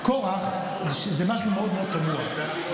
קרח זה משהו מאוד מאוד תמוה.